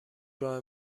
راه